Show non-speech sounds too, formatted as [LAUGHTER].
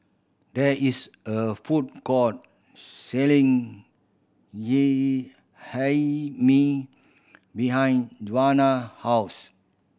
there is a food court selling [UNINTELLIGIBLE] Hae Mee behind Joana house